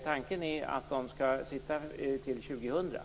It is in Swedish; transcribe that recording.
Tanken är att den skall sitta till år 2000.